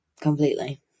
completely